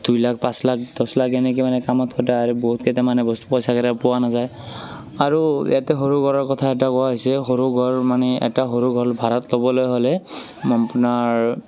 দুই লাখ পাঁচ লাখ দহ লাখ এনেকে মানে কামত খটাই আৰু বহুত কেইটা মানে বস্তু পইচাকেইটা পোৱা নাযায় আৰু ইয়াতে সৰু ঘৰৰ কথা এটা কোৱা হৈছে সৰু ঘৰ মানে এটা সৰু ঘৰ ভাড়াত ল'বলে হ'লে আপোনাৰ